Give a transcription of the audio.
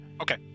Okay